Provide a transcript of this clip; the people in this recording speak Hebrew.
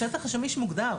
השטח השמיש מוגדר.